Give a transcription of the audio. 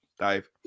dave